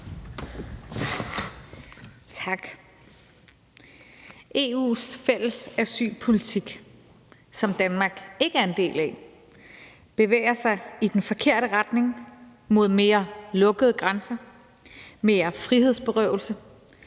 Tak. EU's fælles asylpolitik, som Danmark ikke er en del af, bevæger sig i den forkerte retning mod mere lukkede grænser, mere frihedsberøvelse